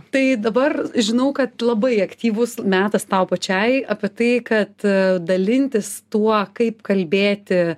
tai dabar žinau kad labai aktyvus metas tau pačiai apie tai kad dalintis tuo kaip kalbėti